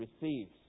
receives